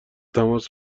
تماس